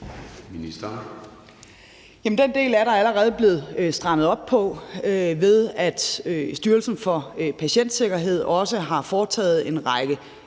Den del er der allerede blevet strammet op på, ved at Styrelsen for Patientsikkerhed har foretaget en række